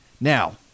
Now